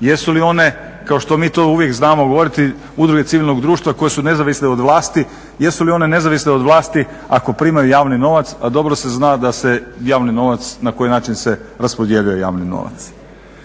jesu li one kao što mi to uvijek znamo govoriti udruge civilnog društva koje su nezavisne od vlasti, jesu li one nezavisne od vlasti ako primaju javni novac, a dobro se zna da se javni novac na koji način se raspodjeljuje javni novac.